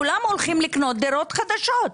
כולם הולכים לקנות דירות חדשות.